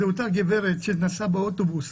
זה אותה גברת שנסעה באוטובוס